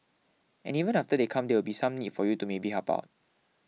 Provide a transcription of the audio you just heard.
and even after they come there will be some need for you to maybe help out